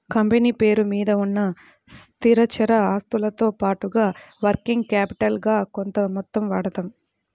company పేరు మీద ఉన్న స్థిరచర ఆస్తులతో పాటుగా వర్కింగ్ క్యాపిటల్ గా కొంత మొత్తం వాడతాం